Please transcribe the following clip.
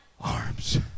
arms